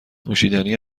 نوشیدنی